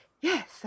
Yes